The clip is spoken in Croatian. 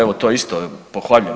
Evo to isto pohvaljujem.